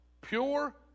pure